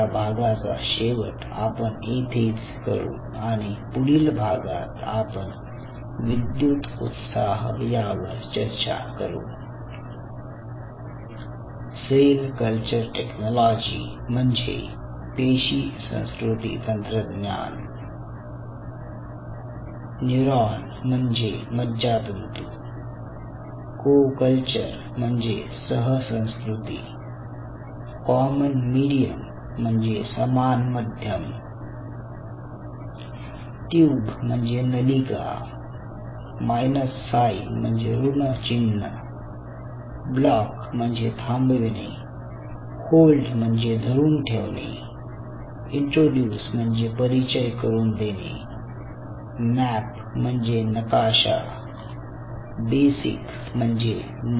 या भागाचा शेवट आपण येथेच करू आणि पुढील भागात आपण विद्युत उत्साह यावर चर्चा करू